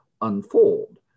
unfold